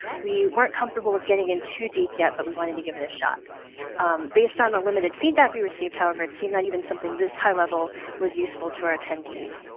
we weren't comfortable with getting in too deep yet, but we wanted to give it a shot based on the limited feedback we received. however, it seemed that even something this high-level was useful to our attendees.